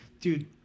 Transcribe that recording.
dude